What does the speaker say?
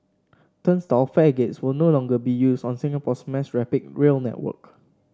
turnstile fare gates will no longer be used on Singapore's mass rapid rail network